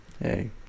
hey